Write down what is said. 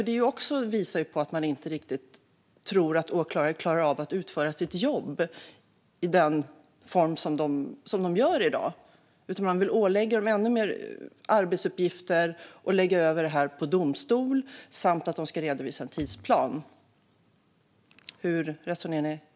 Det visar också att man inte riktigt tror att åklagare klarar av att utföra sitt jobb i den form som de gör i dag, utan man vill ålägga dem ännu mer arbetsuppgifter och lägga över detta på domstol. Åklagarna ska dessutom redovisa en tidsplan. Hur resonerar ni kring det?